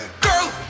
Girl